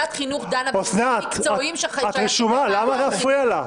את רשומה, למה להפריע לה.